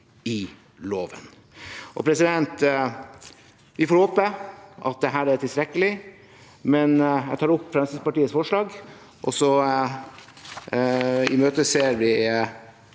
i loven. Vi får håpe at dette er tilstrekkelig, men jeg tar opp Fremskrittspartiets forslag, og så imøteser vi